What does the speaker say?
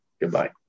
goodbye